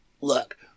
look